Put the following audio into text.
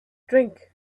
drink